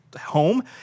home